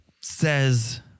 says